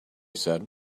said